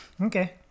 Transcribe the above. okay